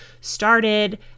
started